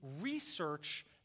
research